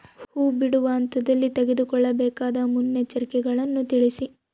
ಹೂ ಬಿಡುವ ಹಂತದಲ್ಲಿ ತೆಗೆದುಕೊಳ್ಳಬೇಕಾದ ಮುನ್ನೆಚ್ಚರಿಕೆಗಳನ್ನು ತಿಳಿಸಿ?